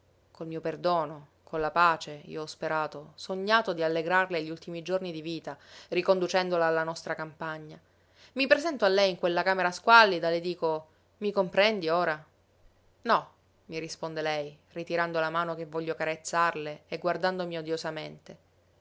col mio perdono con la pace io ho sperato sognato di allegrarle gli ultimi giorni di vita riconducendola alla nostra campagna i presento a lei in quella camera squallida le dico i comprendi ora no mi risponde lei ritirando la mano che voglio carezzarle e guardandomi